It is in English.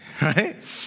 Right